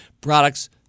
products